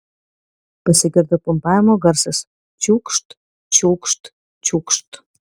pasigirdo pumpavimo garsas čiūkšt čiūkšt čiūkšt